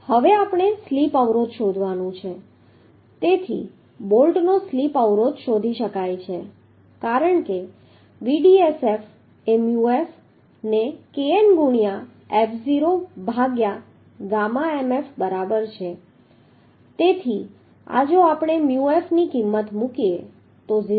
હવે આપણે સ્લિપ અવરોધ શોધવાનું છે તેથી બોલ્ટનો સ્લિપ અવરોધ શોધી શકાય છે કારણ કે Vdsf એ μf ne kn ગુણ્યા F0 ભાગ્યા ગામા mf બરાબર છે તેથી આ જો આપણે μf ની કિંમત મૂકીએ તો 0